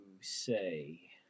say